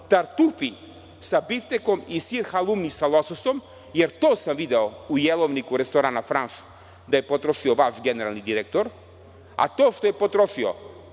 tartufi sa biftekom i sir halumi sa lososom, jer sam to video u jelovniku restorana „Franš“ da je potrošio vaš generalni direktor? To što je potrošio,